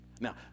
Now